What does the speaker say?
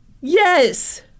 Yes